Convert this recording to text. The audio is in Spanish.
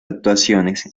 actuaciones